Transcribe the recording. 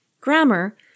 Grammar